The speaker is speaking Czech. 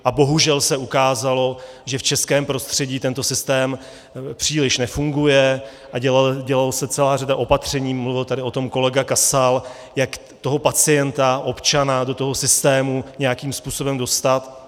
A bohužel se ukázalo, že v českém prostředí tento systém příliš nefunguje a dělala se celá řada opatření, mluvil o tom kolega Kasal, jak toho pacienta, občana, do toho systému nějakým způsobem dostat.